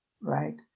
right